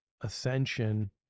ascension